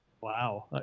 Wow